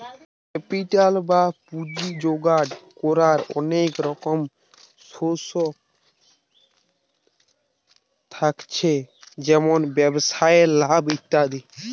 capital বা পুঁজি জোগাড় কোরার অনেক রকম সোর্স থাকছে যেমন ব্যবসায় লাভ ইত্যাদি